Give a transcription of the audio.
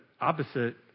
opposite